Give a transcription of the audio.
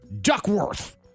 Duckworth